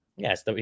Yes